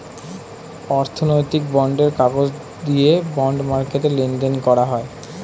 অর্থনৈতিক বন্ডের কাগজ দিয়ে বন্ড মার্কেটে লেনদেন করা হয়